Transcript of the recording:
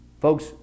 Folks